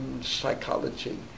psychology